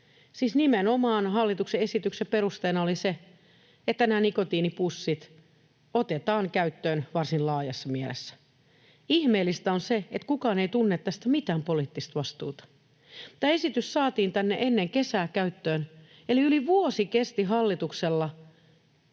nimenomaan hallituksen esityksen perusteena oli se, että nämä nikotiinipussit otetaan käyttöön varsin laajassa mielessä. Ihmeellistä on se, että kukaan ei tunne tästä mitään poliittista vastuuta. Tämä esitys saatiin tänne ennen kesää käyttöön, eli yli vuosi kesti hallituksella